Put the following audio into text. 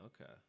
Okay